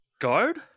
Guard